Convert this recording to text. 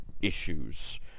issues